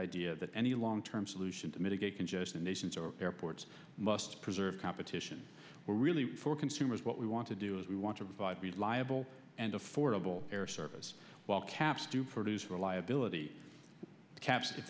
idea that any long term solution to mitigate congestion nations or airports must preserve competition we're really for consumers what we want to do is we want to provide be liable and affordable care service while caps to produce reliability caps if